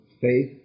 faith